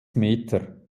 meter